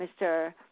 Mr